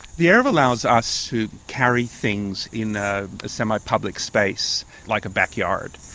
the eruv allows us to carry things in a semi-public space, like a backyard.